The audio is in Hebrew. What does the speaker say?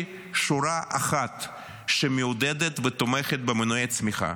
שורה אחת שמעודדת ותומכת במנועי צמיחה.